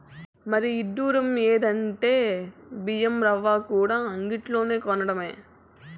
మరీ ఇడ్డురం ఎందంటే బియ్యం రవ్వకూడా అంగిల్లోనే కొనటమే